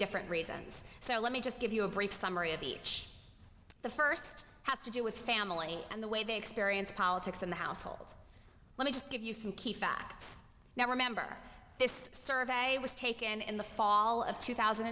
different reasons so let me just give you a brief summary of each the first has to do with family and the way they experience politics in the household let me just give you some key facts now remember this survey was taken in the fall of two thousand